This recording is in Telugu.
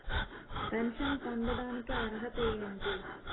పెన్షన్ పొందడానికి అర్హత ఏంటి?